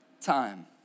time